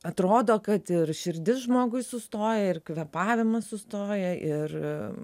atrodo kad ir širdis žmogui sustoja ir kvėpavimas sustoja ir